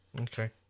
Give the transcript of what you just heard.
Okay